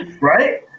Right